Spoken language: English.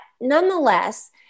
nonetheless